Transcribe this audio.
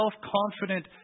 self-confident